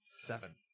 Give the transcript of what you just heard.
Seven